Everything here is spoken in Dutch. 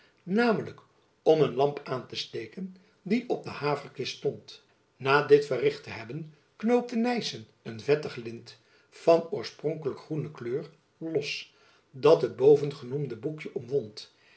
namelijk om een lamp aan te steken die op de haverkist stond na dit verricht te hebben knoopte nyssen een vettig lint van oorspronkelijk groene kleur los dat het bovengenoemde boekjen omwond